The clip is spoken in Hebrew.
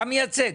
אתה מייצג.